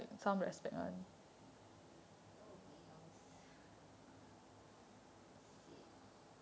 oh wells sians